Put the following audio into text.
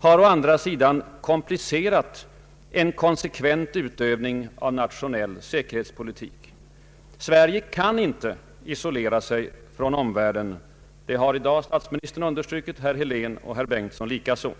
har emellertid komplicerat en konsekvent utövning av nationell säkerhetspolitik. Sverige kan inte isolera sig från omvärlden. Det har i dag statsministern understrukit, herr Helén likaså.